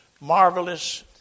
marvelous